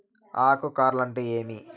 ఆకు కార్ల్ అంటే ఏమి?